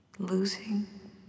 Losing